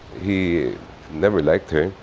he never liked her.